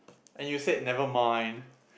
and you said never mind